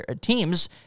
teams